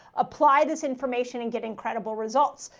apply this information and get incredible results.